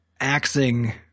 axing